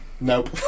nope